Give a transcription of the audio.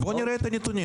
אז בואו נראה את הנתונים.